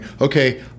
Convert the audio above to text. okay